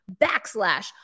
backslash